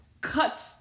cuts